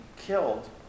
killed